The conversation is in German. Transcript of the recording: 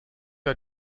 der